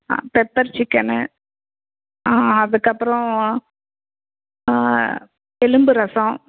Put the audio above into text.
pepper சிக்கன்னு அதற்கப்பறோம் எலும்பு ரசம்